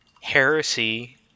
Heresy